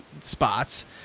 spots